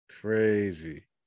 crazy